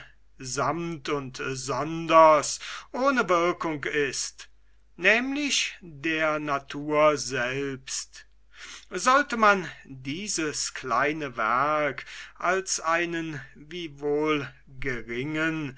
samt und sonders ohne wirkung ist nämlich der natur selbst sollte man dieses kleine werk als einen